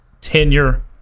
tenure